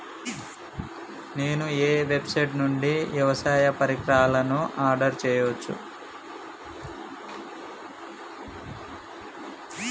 నేను ఏ వెబ్సైట్ నుండి వ్యవసాయ పరికరాలను ఆర్డర్ చేయవచ్చు?